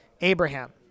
Abraham